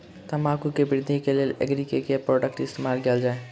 तम्बाकू केँ वृद्धि केँ लेल एग्री केँ के प्रोडक्ट केँ इस्तेमाल कैल जाय?